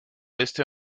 este